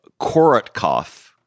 Korotkov